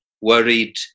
worried